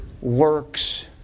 works